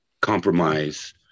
compromise